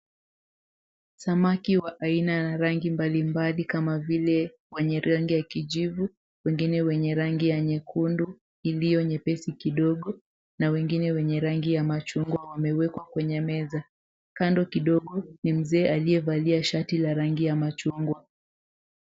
Samaki wa aina na rangi mbalimbali kama vile wenye rangi ya kijivu, wengine wenye rangi ya nyekundu iliyo nyepesi kidogo, na wengine wenye rangi ya machungwa wamewekwa kwenye meza. Kando kidogo ni mzee aliyevalia shati la rangi ya machungwa.